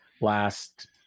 last